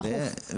דחוף.